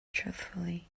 truthfully